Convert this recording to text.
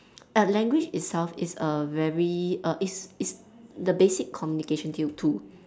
uh language itself is a very a is is the basic communication t~ tool